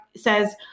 says